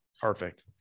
perfect